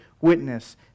witness